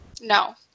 No